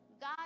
God